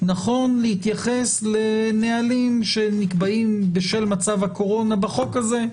נכון להתייחס לנהלים שנקבעים בשל מצב הקורונה בחוק הזה,